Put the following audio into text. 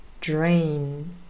drain